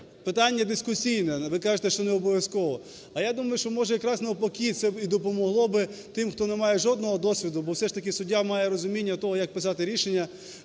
питання дискусійне, а ви кажете, що необов'язкове. А я думаю, що, може, якраз навпаки це і допомогло би тим, хто не має жодного досвіду, бо все ж таки суддя має розуміння того, як писати рішення.